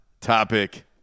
topic